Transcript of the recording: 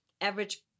average